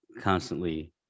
constantly